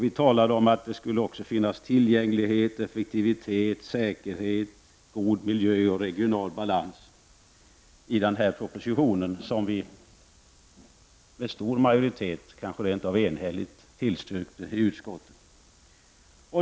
Vi talade om att det också skulle finnas tillgänglighet, effektivitet, säkerhet, god miljö och regional balans, något som vi med stor majoritet, kanske rent av enhälligt, tillstyrkte i utskottet.